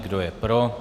Kdo je pro?